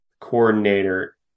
coordinator